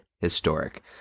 historic